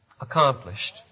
accomplished